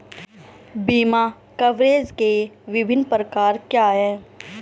बीमा कवरेज के विभिन्न प्रकार क्या हैं?